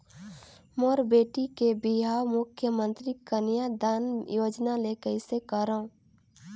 मोर बेटी के बिहाव मुख्यमंतरी कन्यादान योजना ले कइसे करव?